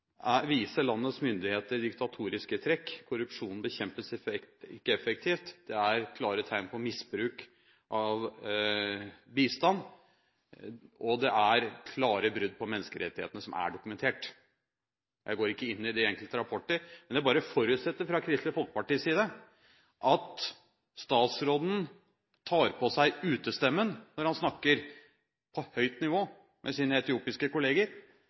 viser landets myndigheter diktatoriske trekk. Korrupsjonen bekjempes ikke effektivt, det er klare tegn på misbruk av bistand, og det er dokumentert klare brudd på menneskerettighetene. Jeg går ikke inn i de enkelte rapporter, men jeg bare forutsetter fra Kristelig Folkepartis side at statsråden tar på seg utestemmen når han snakker med sine etiopiske kolleger på høyt nivå,